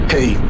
Hey